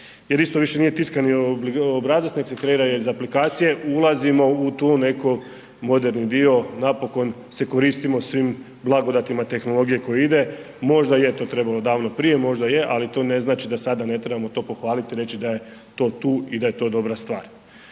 jer isto više nije tiskani obrazac nego se kreira iz aplikacije, ulazimo u tu neko moderni dio, napokon se koristimo svim blagodatima tehnologije koje ide. Možda je to trebalo davno prije, možda je, ali to ne znači da sada ne trebamo to pohvaliti i reći da je to tu i da je to dobra stvar.